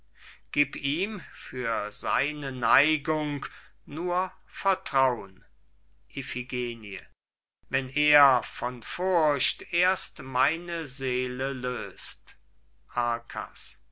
gib ihm für seine neigung nur vertraun iphigenie wenn er von furcht erst meine seele lös't